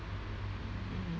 mm